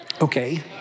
Okay